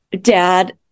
dad